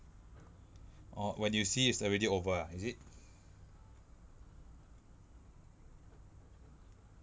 orh when you see it's already over ah is it